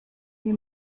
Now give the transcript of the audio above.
wie